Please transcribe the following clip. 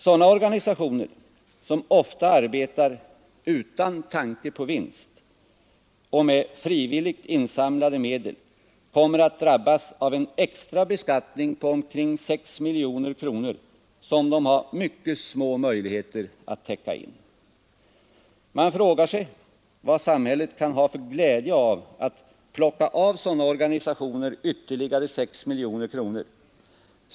Sådana organisationer, som ofta arbetar utan tanke på vinst och med frivilligt insamlade medel, kommer att drabbas av en extra beskattning på omkring 6 miljoner kronor, som de har mycket små möjligheter att täcka in. Man frågar sig vad samhället kan ha för glädje av att plocka av sådana organisationer ytterligare 6 miljoner kronor.